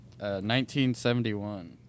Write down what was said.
1971